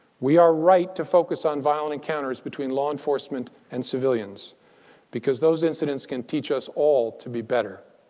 we are right to focus on violent encounters between law enforcement and civilians because those incidents can teach us all to be better.